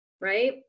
Right